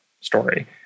story